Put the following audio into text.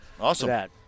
awesome